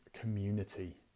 community